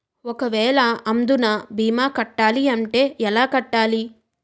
ఒక వేల అందునా భీమా కట్టాలి అంటే ఎలా కట్టాలి?